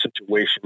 situation